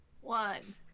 One